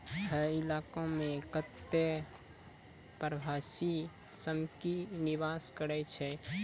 हय इलाको म कत्ते प्रवासी श्रमिक निवास करै छै